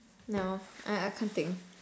no I I can't think